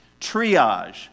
triage